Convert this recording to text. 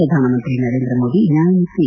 ಪ್ರಧಾನಮಂತ್ರಿ ನರೇಂದ್ರ ಮೋದಿ ನ್ಯಾಯಮೂರ್ತಿ ಎ